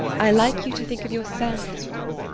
i like you to think of yourself as one.